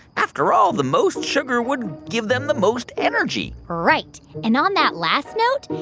after all, the most sugar would give them the most energy right. and on that last note,